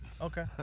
Okay